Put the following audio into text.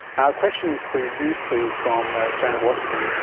a question for you, sue, from janet watterson,